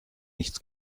nichts